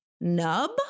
nub